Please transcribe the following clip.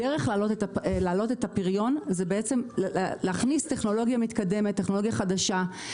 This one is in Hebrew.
הדרך להעלות את הפריון היא על ידי הכנסת טכנולוגיה חדשה ומתקדמת.